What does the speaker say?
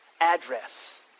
address